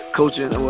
coaching